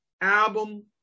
album